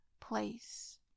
place